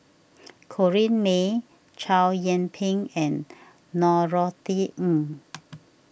Corrinne May Chow Yian Ping and Norothy Ng